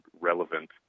relevant